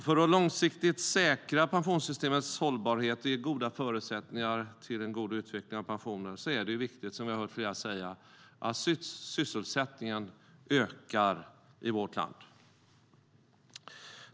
För att långsiktigt säkra pensionssystemets hållbarhet och ge goda förutsättningar till en god utveckling av pensioner är det viktigt - som flera här har sagt - att sysselsättningen ökar i vårt land.